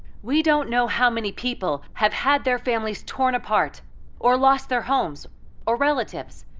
we don't know how many people have had their families torn apart or lost their homes or relatives.